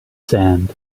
sand